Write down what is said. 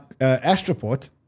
Astroport